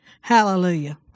Hallelujah